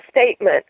statement